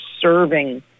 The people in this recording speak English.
serving